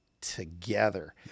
together